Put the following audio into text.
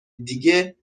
دیگه